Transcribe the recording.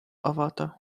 avada